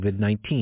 COVID-19